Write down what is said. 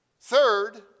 Third